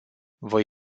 voi